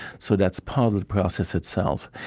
so that's part of the process itself.